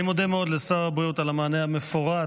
אני מודה מאוד לשר הבריאות על המענה המפורט,